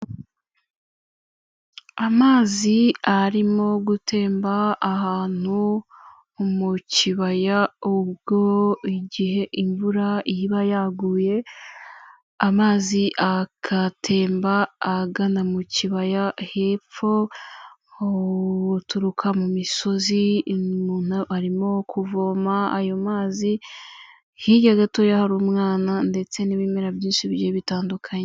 Amazi arimo gutemba ahantu mu kibaya. Ubwo igihe imvura iba yaguye, amazi agatemba agana mu kibaya hepfo uturuka mu misozi. Umuntu arimo kuvoma ayo mazi, hirya gatoya hari umwana ndetse n'ibimera byinshi bigiye bitandukanye.